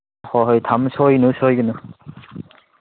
ꯍꯣꯏ ꯍꯣꯏ ꯊꯝꯃꯦ ꯁꯣꯏꯅꯨ ꯁꯣꯏꯒꯅꯨ